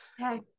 Okay